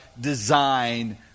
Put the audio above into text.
design